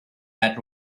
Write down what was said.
that